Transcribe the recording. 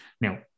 now